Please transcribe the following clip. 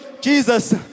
Jesus